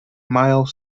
myles